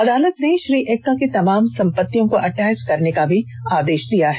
अदालत ने श्री एक्का की तमाम संपत्तियों को अटैच करने का भी आदेष दिया है